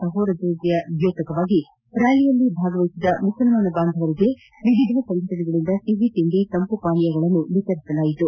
ಸಹೋದರತೆಯ ದ್ಯೋತಕವಾಗಿ ರ್ ರ್ನಾಲಿಯಲ್ಲಿ ಭಾವಗಹಿಸಿದ ಮುಸಲ್ಮಾನ ಬಾಂಧವರಿಗೆ ವಿವಿಧ ಸಂಘಟನೆಗಳಿಂದ ಸಿಹಿತಿಂಡಿ ತಂಪು ಪಾನೀಯಗಳ ನ್ನು ವಿತರಿಸಲಾಯಿತು